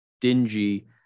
dingy